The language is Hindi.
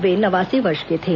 वे नवासी वर्ष के थे